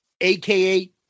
AKA